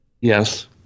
Yes